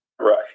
Right